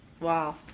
Wow